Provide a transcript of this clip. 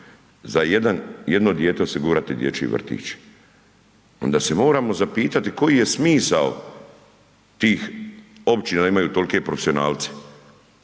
za jedno dijete osigurati dječji vrtić, onda se moramo zapitati koji je smisao tih općina da imaju tolike profesionalce.